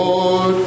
Lord